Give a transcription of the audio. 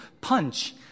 punch